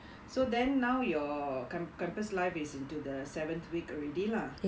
so then now your camp~ campus life is into the seventh week already lah ya